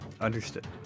Understood